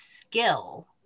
skill